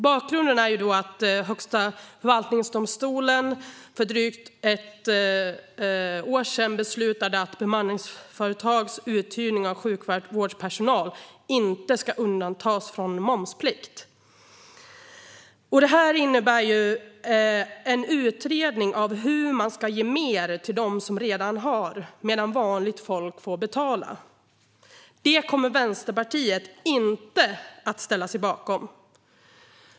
Bakgrunden är att Högsta förvaltningsdomstolen för drygt ett år sedan beslutade att bemanningsföretags uthyrning av sjukvårdspersonal inte ska undantas från momsplikt. Detta innebär en utredning av hur man ska kunna ge mer till dem som redan har medan vanligt folk får betala. Det kommer Vänsterpartiet inte att ställa sig bakom.